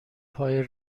پای